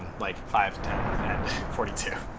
like five, ten, and forty two.